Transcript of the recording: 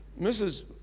Mrs